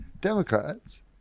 Democrats